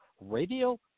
Radio